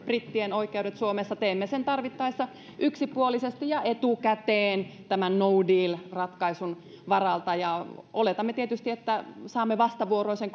brittien oikeudet suomessa teemme sen tarvittaessa yksipuolisesti ja etukäteen tämän no deal ratkaisun varalta ja oletamme tietysti että saamme vastavuoroisen